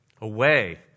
away